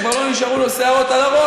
שכבר לא נשארו לו שערות על הראש,